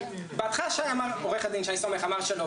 בהתחלה עורך הדין שי סומך אמר שלא,